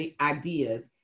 ideas